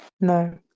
No